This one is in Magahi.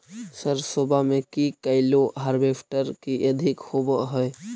सरसोबा मे की कैलो हारबेसटर की अधिक होब है?